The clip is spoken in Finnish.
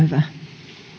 hyvä